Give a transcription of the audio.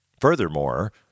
Furthermore